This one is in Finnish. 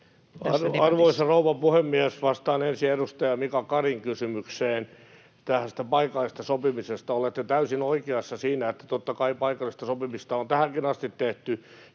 Arvoisa rouva puhemies! Vastaan ensin edustaja Mika Karin kysymykseen paikallisesta sopimisesta. Olette täysin oikeassa siinä, että totta kai paikallista sopimista on tähänkin asti tehty.